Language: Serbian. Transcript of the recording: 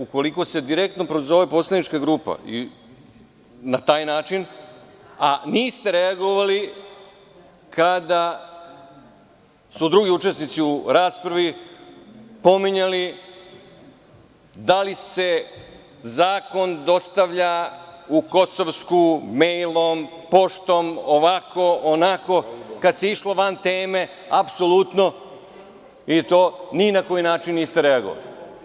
Ukoliko se direktno prozove poslanička grupa i na taj način, a niste reagovali kada su drugi učesnici u raspravi pominjali da li se zakon dostavlja u Kosovsku mejlom, poštom, ovako, onako, kad se išlo van teme i tu ni na koji način niste reagovali.